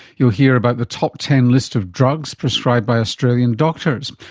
you'll hear about the top ten list of drugs prescribed by australian doctors.